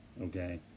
okay